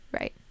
right